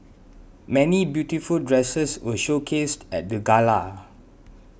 many beautiful dresses were showcased at the gala